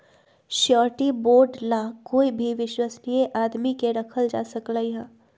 surety bond ला कोई भी विश्वस्नीय आदमी के रखल जा सकलई ह